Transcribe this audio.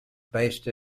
based